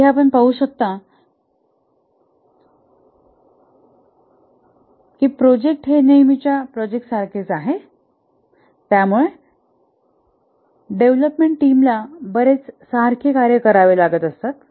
येथे आपण पाहू शकता की प्रोजेक्ट हे नेहमीच्या प्रोजेक्ट सारखेच आहे त्यामुळे डेव्हलपमेंट टीमला बरेच सारखे कार्य करावे लागतात